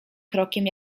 krokiem